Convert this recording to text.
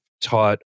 taught